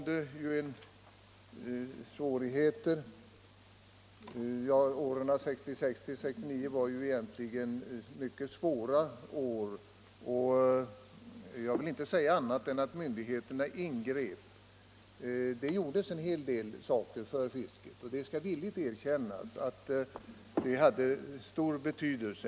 Dessa år var mycket svåra, och jag vill inte säga annat än att myndigheterna ingrep. Det gjordes en hel del för fisket som hade stor betydelse, det skall villigt erkännas.